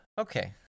Okay